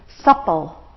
supple